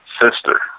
sister